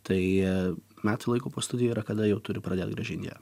tai metai laiko po studijų yra kada jau turi pradėti grąžint ją